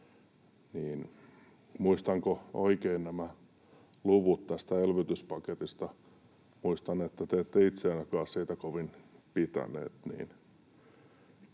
Muistanko oikein nämä luvut tästä elvytyspaketista? Muistan, että te ette itse ainakaan siitä kovin pitänyt.